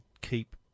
keep